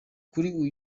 kuri